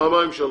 פעמיים שלוש.